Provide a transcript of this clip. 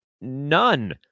none